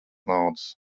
naudas